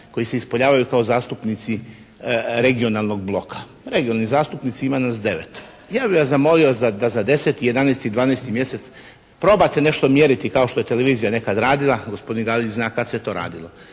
koji se ispoljavaju kao zastupnici regionalnog bloka, regionalni zastupnici, ima nas 9. Ja bih vas zamolio da za 10., 11., 12. mjesec probate nešto mjeriti kao što je televizija nekad radila, gospodin Galić zna kad se to radilo.